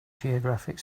geographic